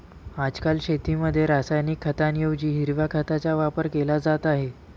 आजकाल शेतीमध्ये रासायनिक खतांऐवजी हिरव्या खताचा वापर केला जात आहे